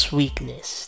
weakness